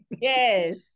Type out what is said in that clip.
Yes